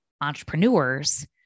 entrepreneurs